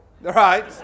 right